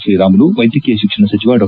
ಶ್ರೀರಾಮುಲು ವೈದ್ಯಕೀಯ ಶಿಕ್ಷಣ ಸಚಿವ ಡಾ